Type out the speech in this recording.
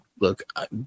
look